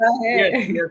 Yes